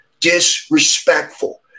disrespectful